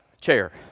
chair